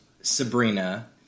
Sabrina